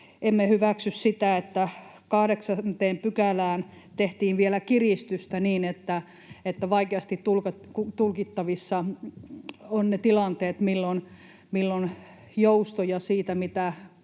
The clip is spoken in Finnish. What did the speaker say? emme hyväksy sitä, että 8 §:ään tehtiin vielä kiristystä niin, että vaikeasti tulkittavissa ovat ne tilanteet, milloin on joustoja siitä, mitä